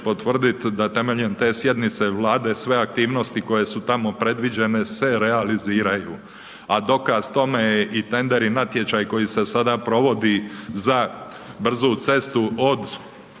potvrdit, da temeljem te sjednice Vlade sve aktivnosti koje su tamo predviđene, se realiziraju, a dokaz tome je i tender i natječaj koji se sada provodi za brzu cestu od